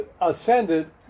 ascended